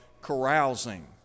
carousing